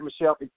Michelle